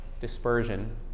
dispersion